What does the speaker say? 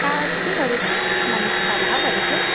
का अस्ति वदतु नमस्कारः वदतु